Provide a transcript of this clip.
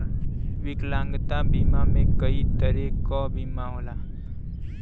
विकलांगता बीमा में कई तरे क बीमा होला